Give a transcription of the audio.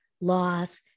loss